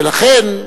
ולכן,